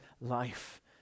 life